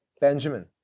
Benjamin